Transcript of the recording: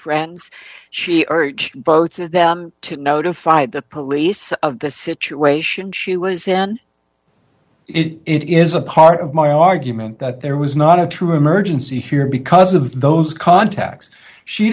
friends she urged both of them to notify the police of the situation she was in it is a part of my argument that there was not a true emergency here because of those contacts she